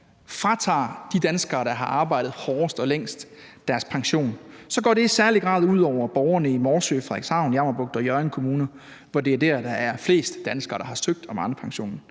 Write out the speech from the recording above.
fratager de danskere, der har arbejdet hårdest og længst, deres pension, går det i særlig grad ud over borgerne i Morsø, Frederikshavn, Jammerbugt og Hjørring Kommuner, for det er der, at der er flest danskere, der har søgt om Arnepensionen.